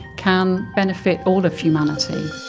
can benefit all of humanity.